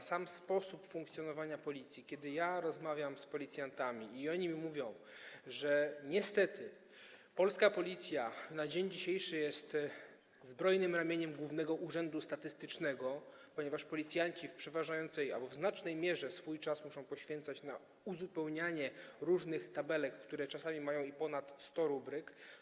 Jeśli chodzi o sam sposób funkcjonowania Policji, to kiedy ja rozmawiam z policjantami, oni mi mówią, że niestety polska Policja na dzień dzisiejszy jest zbrojnym ramieniem Głównego Urzędu Statystycznego, ponieważ policjanci w przeważającej albo w znacznej mierze swój czas muszą poświęcać na wypełnianie różnych tabelek, które czasami mają ponad 100 rubryk.